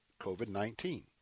COVID-19